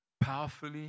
powerfully